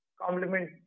compliment